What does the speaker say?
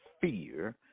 fear